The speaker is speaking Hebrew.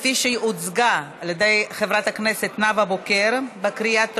כפי שהיא הוצגה על ידי חברת הכנסת נאווה בוקר בקריאה טרומית.